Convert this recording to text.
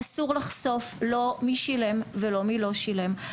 אסור לחשוף לא מי שילם ולא מי לא שילם.